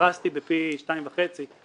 הפרזתי בפי שניים וחצי.